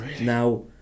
now